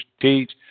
teach